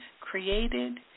created